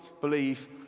Believe